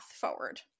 forward